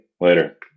Later